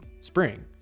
spring